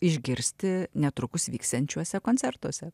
išgirsti netrukus vyksiančiuose koncertuose